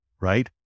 right